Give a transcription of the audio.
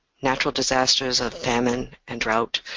natural disasters of famine and drought,